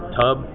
tub